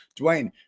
Dwayne